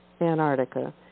Antarctica